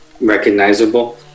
recognizable